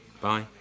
Bye